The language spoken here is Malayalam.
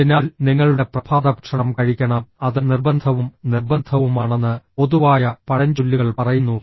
അതിനാൽ നിങ്ങളുടെ പ്രഭാതഭക്ഷണം കഴിക്കണം അത് നിർബന്ധവും നിർബന്ധവുമാണെന്ന് പൊതുവായ പഴഞ്ചൊല്ലുകൾ പറയുന്നു